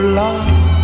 love